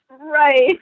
right